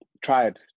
tried